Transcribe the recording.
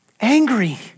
Angry